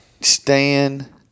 Stan